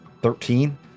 Thirteen